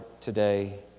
today